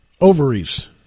ovaries